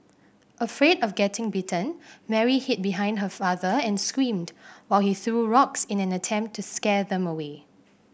afraid of getting bitten Mary hid behind her father and screamed while he threw rocks in an attempt to scare them away